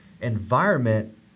environment